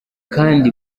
kandi